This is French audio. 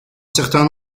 certain